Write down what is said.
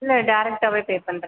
இல்லை டேரக்ட்டாகவே பே பண்ணுறேன்